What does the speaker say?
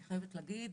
אני חייבת להגיד,